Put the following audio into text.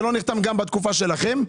זה לא נחתם גם בתקופה שלכם.